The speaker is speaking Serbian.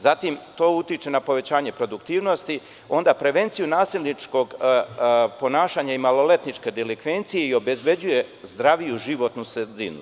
Zatim, to utiče na povećanje produktivnosti, onda, prevenciju nasilničkog ponašanja i maloletničke delikvencije i o obezbeđuje zdraviju životnu sredinu.